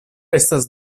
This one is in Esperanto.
estas